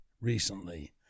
recently